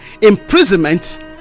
imprisonment